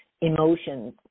emotions